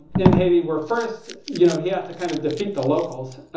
in haiti. where first, you know, he had to kind of defeat the locals.